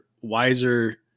wiser